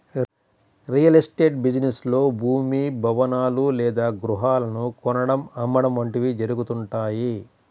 real estate business లో భూమి, భవనాలు లేదా గృహాలను కొనడం, అమ్మడం వంటివి జరుగుతుంటాయి